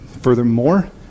Furthermore